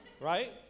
Right